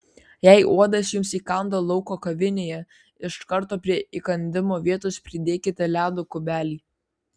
jei uodas jums įkando lauko kavinėje iš karto prie įkandimo vietos pridėkite ledo kubelį